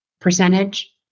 percentage